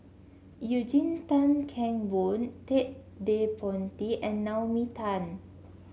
Eugene Tan Kheng Boon Ted De Ponti and Naomi Tan